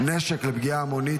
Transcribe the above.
נשק לפגיעה המונית),